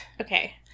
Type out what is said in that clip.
Okay